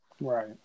Right